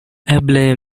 eble